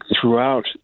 throughout